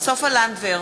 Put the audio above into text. סופה לנדבר,